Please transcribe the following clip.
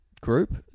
group